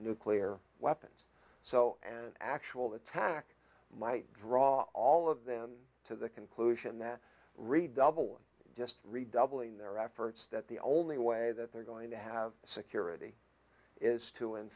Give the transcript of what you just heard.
nuclear weapons so an actual attack might draw all of them to the conclusion that redouble just redoubling their efforts that the only way that they're going to have security is to in